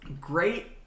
great